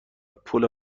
پول